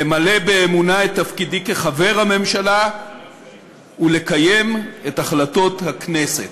למלא באמונה את תפקידי כחבר הממשלה ולקיים את החלטות הכנסת.